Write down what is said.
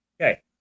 Okay